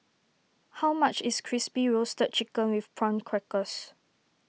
how much is Crispy Roasted Chicken with Prawn Crackers